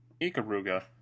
ikaruga